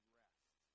rest